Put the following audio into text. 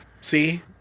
See